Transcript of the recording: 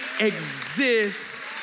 exist